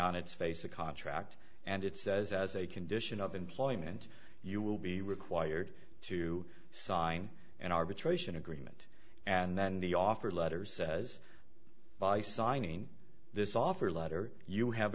on its face a contract and it says as a condition of employment you will be required to sign an arbitration agreement and then the offer letter says by signing this offer letter you have